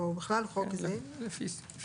או בכלל לפי תקנות אלה.